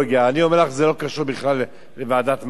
אני אומר לך, זה לא קשור בכלל לוועדת מדע.